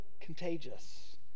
contagious